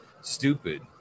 stupid